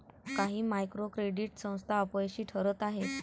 काही micro credit संस्था अपयशी ठरत आहेत